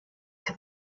que